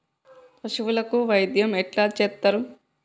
పశువులకు వైద్యం ఎట్లా చేత్తరు?